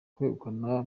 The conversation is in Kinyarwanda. kwegukana